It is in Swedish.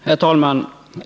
Herr talman!